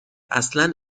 اصلن